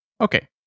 Okay